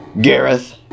Gareth